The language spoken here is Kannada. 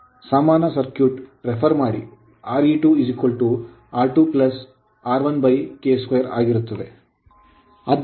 ಸಮಾನ ಸರ್ಕ್ಯೂಟ್ ಗೆ ರೆಫರ್ ಮಾಡಿ Re2R2 R1K 2 ಆಗಿರುತ್ತದೆ